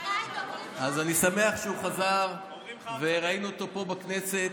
אז אני שמח שהוא חזר וראינו אותו פה בכנסת,